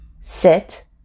Sit